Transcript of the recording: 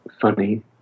funny